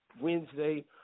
Wednesday